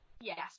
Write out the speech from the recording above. Yes